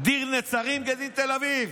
דין נצרים כדין תל אביב.